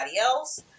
else